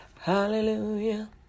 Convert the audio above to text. hallelujah